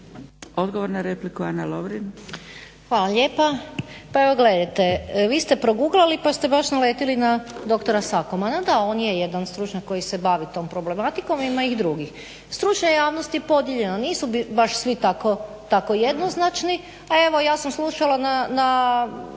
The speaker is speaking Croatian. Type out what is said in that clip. Odgovor na repliku Ana Lovrin.